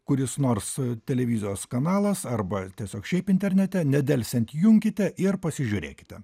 kuris nors televizijos kanalas arba tiesiog šiaip internete nedelsiant junkite ir pasižiūrėkite